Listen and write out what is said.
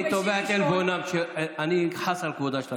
אני תובע את עלבונם, אני חס על כבודה של הכנסת.